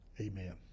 Amen